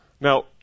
Now